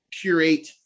curate